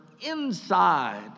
inside